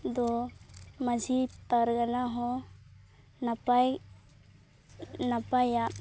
ᱫᱚ ᱢᱟᱺᱡᱷᱤ ᱯᱟᱨᱜᱟᱱᱟ ᱦᱚᱸ ᱱᱟᱯᱟᱭ ᱱᱟᱯᱟᱭᱟᱜ